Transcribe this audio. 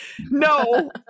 no